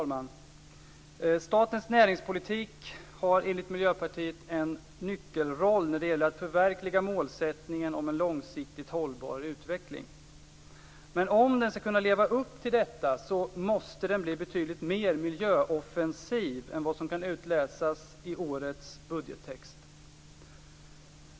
Fru talman! Statens näringspolitik har enligt Miljöpartiet en nyckelroll när det gäller att förverkliga målsättningen om en långsiktigt hållbar utveckling. Men om den skall kunna leva upp till detta måste den bli betydligt mer miljöoffensiv än vad som kan utläsas i årets budgettext.